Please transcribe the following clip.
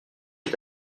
est